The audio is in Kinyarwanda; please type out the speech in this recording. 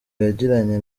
yagiranye